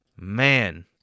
man